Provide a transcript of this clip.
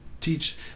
teach